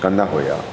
कंदा हुया